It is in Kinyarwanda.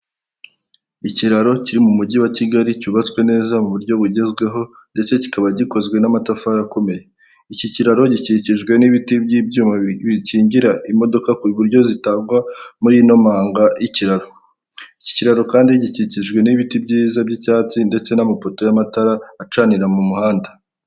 Umugabo w'imisatsi migufiya w'inzobe ufite ubwanwa bwo hejuru wambaye umupira wo kwifubika urimo amabara atandukanye ubururu, umweru n'umukara wambariyemo ishati, araburanishwa.